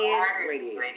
radio